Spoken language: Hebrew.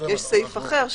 יש סעיף אחר,